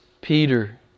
Peter